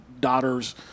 daughters